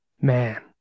Man